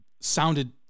sounded